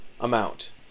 amount